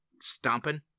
stomping